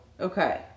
Okay